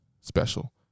special